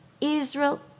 Israel